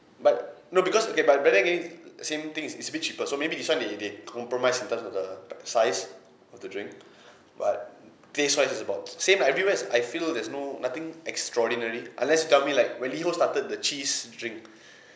but no because okay but but again same thing it's a bit cheaper so maybe that's why they they compromise in terms of the the size of the drink but taste wise is about same lah everywhere is I feel there's no nothing extraordinary unless you tell me like when liho started the cheese drink